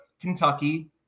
Kentucky